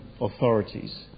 authorities